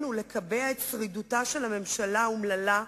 ולקבע את שרידותה של הממשלה האומללה,